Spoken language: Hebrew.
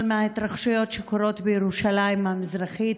מההתרחשויות שקורות בירושלים המזרחית,